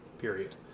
period